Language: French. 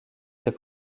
ses